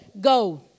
go